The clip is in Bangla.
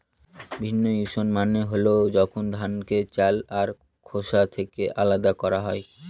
ভিন্নউইং মানে হল যখন ধানকে চাল আর খোসা থেকে আলাদা করা হয়